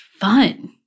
fun